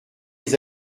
les